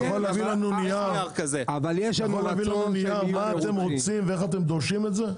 אתה יכול להביא לנו נייר ובו כתוב מה אתם רוצים ואיך אתם דורשים את זה?